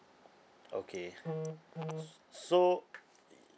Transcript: okay s~ so